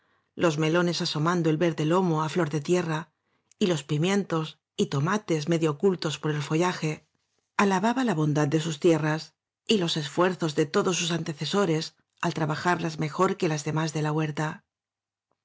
los melones asomando el verde lomo á flor de tierra y los pimientos y toma tes medio ocultos por el follaje alababa la bon dad de sus tierras y los esfuerzos de todos sus antecesores al trabajarlas mejor que las demás de la huerta